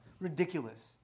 Ridiculous